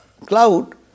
cloud